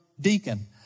deacon